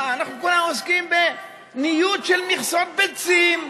מה, אנחנו עוסקים בניוד של מכסות ביצים.